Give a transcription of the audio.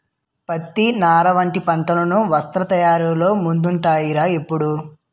పత్తి, నార వంటి పంటలు వస్త్ర తయారీలో ముందుంటాయ్ రా ఎప్పుడూ